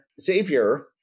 Xavier